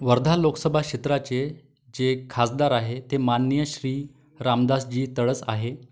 वर्धा लोकसभा क्षेत्राचे जे खासदार आहे ते माननीय श्री रामदासजी तडस आहे